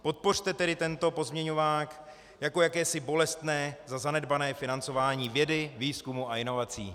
Podpořte tedy tento pozměňovák jako jakési bolestné za zanedbané financování vědy, výzkumu a inovací.